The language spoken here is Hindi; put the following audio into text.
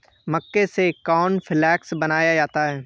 मक्के से कॉर्नफ़्लेक्स बनाया जाता है